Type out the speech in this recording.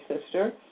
sister